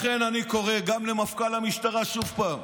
לכן אני קורא גם למפכ"ל המשטרה עוד פעם: